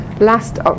Last